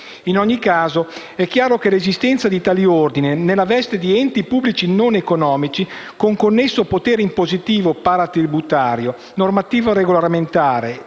In ogni caso è chiaro che l'esistenza di tali ordini nella veste di enti pubblici non economici, con connesso potere impositivo paratributario, normativo, regolamentare,